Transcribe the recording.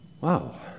Wow